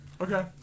Okay